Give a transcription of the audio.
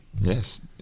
Yes